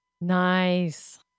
Nice